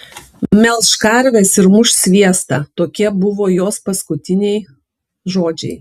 melš karves ir muš sviestą tokie buvo jos paskutiniai žodžiai